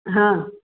हा